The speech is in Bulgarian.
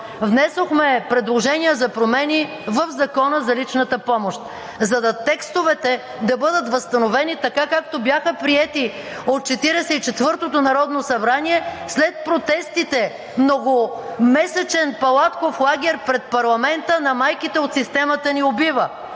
внесохме предложения за промени в Закона за личната помощ, за да бъдат възстановени текстовете така, както бяха приети от 44-тото народно събрание след протестите, многомесечен палатков лагер пред парламента на майките от „Система ни убива!“,